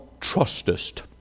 trustest